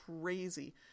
crazy